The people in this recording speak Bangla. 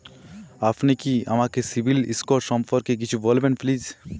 আপনি কি আমাকে সিবিল স্কোর সম্পর্কে কিছু বলবেন প্লিজ?